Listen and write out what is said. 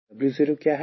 W0 क्या है